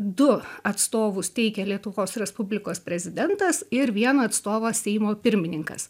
du atstovus teikia lietuvos respublikos prezidentas ir vieną atstovą seimo pirmininkas